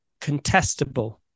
contestable